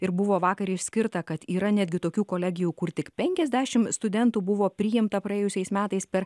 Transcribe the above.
ir buvo vakar išskirta kad yra netgi tokių kolegijų kur tik penkiasdešimt studentų buvo priimta praėjusiais metais per